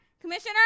Commissioner